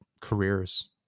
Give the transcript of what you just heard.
careers